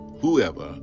whoever